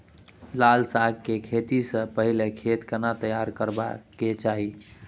लाल साग के खेती स पहिले खेत केना तैयार करबा के चाही?